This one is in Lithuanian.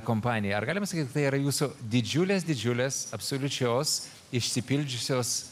kompanija ar galima sakyt kad tai yra jūsų didžiulės didžiulės absoliučios išsipildžiusios